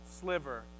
sliver